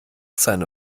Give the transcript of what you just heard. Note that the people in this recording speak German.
seine